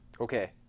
Okay